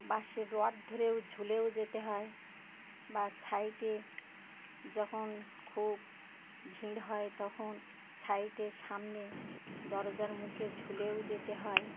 বাসে রোড ধরেও ঝুলেও যেতে হয় বা ছাইটে যখন খুব ভিড় হয় তখন সাইটের সামনে দরজার মুখে ঝুলেও যেতে হয়